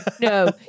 no